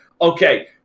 okay